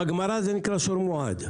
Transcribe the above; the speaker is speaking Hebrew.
בגמרא זה נקרא 'שור מועד'.